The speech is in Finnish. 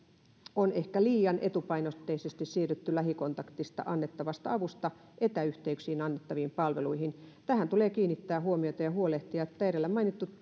on ehkä liian etupainotteisesti siirrytty lähikontaktissa annettavasta avusta etäyhteyksin annettaviin palveluihin tähän tulee kiinnittää huomiota ja huolehtia että edellä mainitut